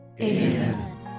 Amen